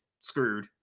screwed